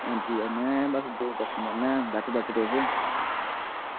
हां जी में बस दो कस्टमर न बैठो बैठो तुस